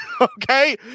Okay